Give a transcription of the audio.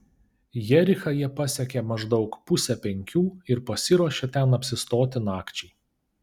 jerichą jie pasiekė maždaug pusę penkių ir pasiruošė ten apsistoti nakčiai